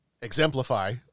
exemplify